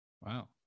Wow